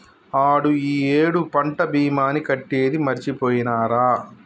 ఆడు ఈ ఏడు పంట భీమాని కట్టేది మరిచిపోయినారా